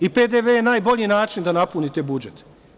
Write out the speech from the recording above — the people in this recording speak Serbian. I PDV je najbolji način da napunite budžet.